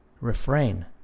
Refrain